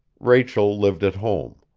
rachel lived at home.